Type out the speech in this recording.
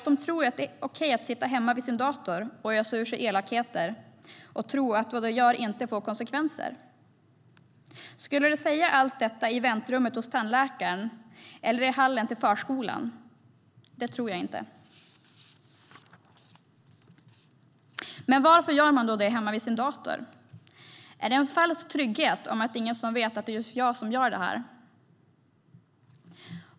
De tror att det är okej att sitta hemma vid sin dator och ösa ur sig elakheter och att det de gör inte får konsekvenser. Skulle de säga allt detta i väntrummet hos tandläkaren eller i hallen på förskolan? Det tror jag inte. Men varför gör man då detta hemma vid sin dator? Jag undrar om det handlar om en falsk trygghet: Det är ingen som vet att det är just jag som gör det här.